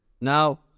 Now